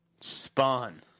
Spawn